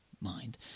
mind